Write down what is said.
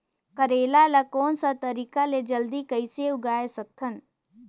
करेला ला कोन सा तरीका ले जल्दी कइसे उगाय सकथन?